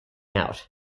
out